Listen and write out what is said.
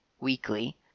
weekly